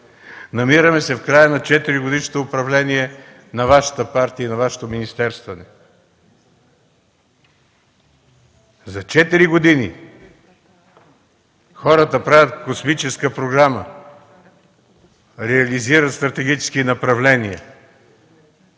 намираме се в края на четиригодишното управление на Вашата партия и на Вашето министерстване. За четири години хората правят космическа програма, реализират стратегически направления,